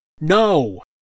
No